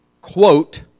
quote